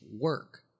work